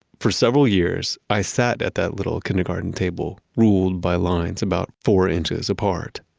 for several years, i sat at that little kindergarten table, ruled by lines about four inches apart.